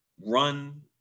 run